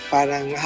Parang